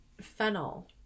fennel